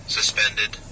suspended